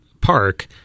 park